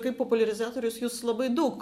kaip populiarizatorius jūs labai daug